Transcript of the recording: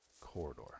corridor